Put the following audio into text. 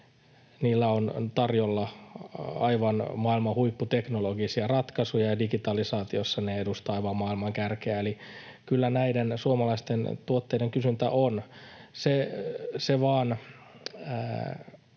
niillä on tarjolla aivan maailman huipputeknologisia ratkaisuja, ja digitalisaatiossa ne edustavat aivan maailman kärkeä. Kyllä näiden suomalaisten tuotteiden kysyntää on. Se vaan